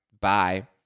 Bye